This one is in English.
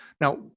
Now